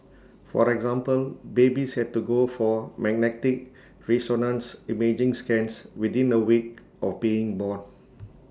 for example babies had to go for magnetic resonance imaging scans within A week of being born